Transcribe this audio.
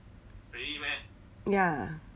ya